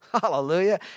Hallelujah